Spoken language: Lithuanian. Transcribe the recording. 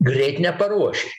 greit neparuoši